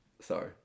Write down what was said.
sorry